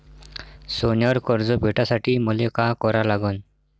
सोन्यावर कर्ज भेटासाठी मले का करा लागन?